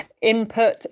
input